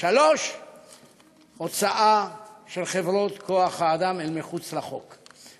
3. הוצאת חברות כוח-האדם אל מחוץ לחוק,